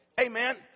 Amen